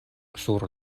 sur